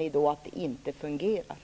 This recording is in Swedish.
i betänkandet.